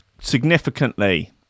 Significantly